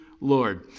Lord